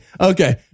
Okay